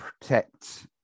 protect